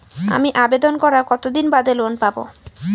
আমি আবেদন করার কতদিন বাদে লোন পাব?